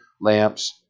lamps